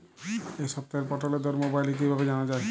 এই সপ্তাহের পটলের দর মোবাইলে কিভাবে জানা যায়?